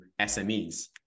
SMEs